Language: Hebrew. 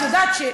את יודעת,